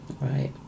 Right